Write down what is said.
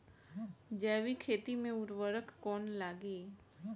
जैविक खेती मे उर्वरक कौन लागी?